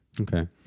Okay